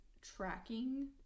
tracking